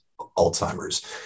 Alzheimer's